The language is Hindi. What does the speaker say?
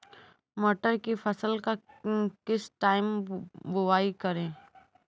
मटर की फसल का किस टाइम बुवाई करें?